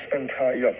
entire